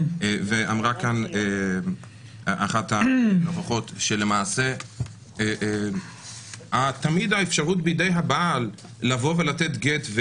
ואמרה כאן אחת הנוכחות שלמעשה תמיד האפשרות בידי הבעל לתת גט,